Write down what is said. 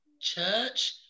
church